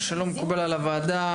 שלא מקובלת על הוועדה,